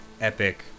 epic